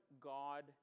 God